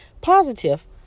Positive